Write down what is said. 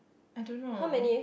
I don't know